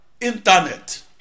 internet